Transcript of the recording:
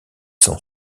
sont